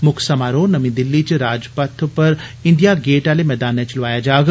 मुक्ख समारोह् नमीं दिल्ली च राजपथ पर इंडिया गेट आले मदानै च लोआया जाग